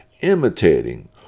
imitating